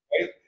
Right